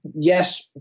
yes